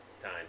time